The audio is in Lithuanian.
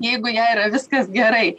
jeigu jai yra viskas gerai